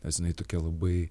nes jinai tokia labai